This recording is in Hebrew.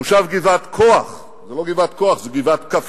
מושב גבעת-כ"ח, זה לא גבעת-כוֹח, זו גבעת-כ"ח,